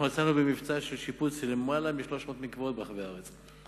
אנחנו יצאנו במבצע של שיפוץ למעלה מ-300 מקוואות ברחבי הארץ.